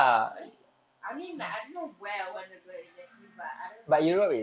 but then I mean like I don't know where I want to go exactly but I don't really